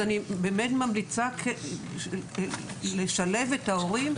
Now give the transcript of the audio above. אני באמת ממליצה לשלב את ההורים.